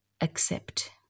accept